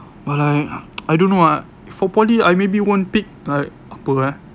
but I I don't know ah for poly I maybe won't pick like apa eh